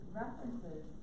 references